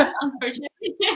unfortunately